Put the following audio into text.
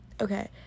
okay